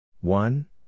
one